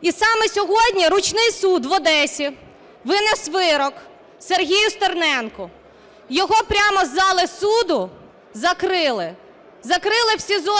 І саме сьогодні "ручний" суд в Одесі виніс вирок Сергію Стерненку. Його прямо з зали суду закрили. Закрили в СІЗО.